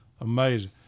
amazing